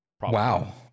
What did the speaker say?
Wow